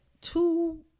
two